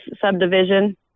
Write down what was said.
subdivision